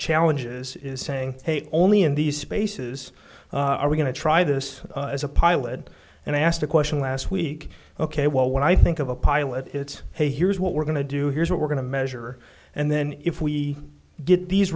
challenges is saying hey only in these spaces are we going to try this as a pilot and i asked a question last week ok well when i think of a pilot it's hey here's what we're going to do here's what we're going to measure and then if we get these